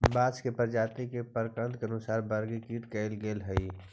बांस के प्रजाती के प्रकन्द के अनुसार वर्गीकृत कईल गेले हई